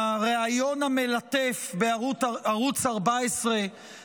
הריאיון המלטף בערוץ 14